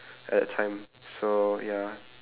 at that time so ya